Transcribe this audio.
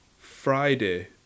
Friday